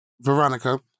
Veronica